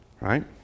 Right